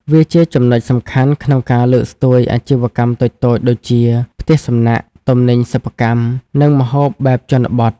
វាជាចំណុចសំខាន់ក្នុងការលើកស្ទួយអាជីវកម្មតូចៗដូចជា ផ្ទះសំណាក់ ទំនិញសិប្បកម្ម និងម្ហូបបែបជនបទ។